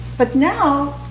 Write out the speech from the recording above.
but now,